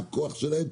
מה הכוח שלהם,